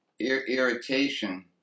irritation